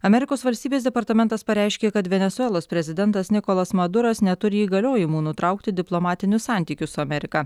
amerikos valstybės departamentas pareiškė kad venesuelos prezidentas nikolas maduras neturi įgaliojimų nutraukti diplomatinių santykių su amerika